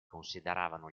consideravano